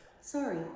Sorry